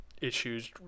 issues